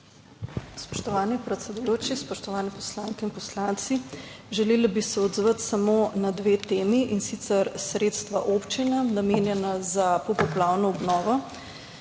Spoštovani predsedujoči, spoštovane poslanke in poslanci! Želela bi se odzvati samo na dve temi. In sicer sredstva občinam namenjena za popoplavno obnovo.